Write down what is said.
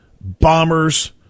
bombers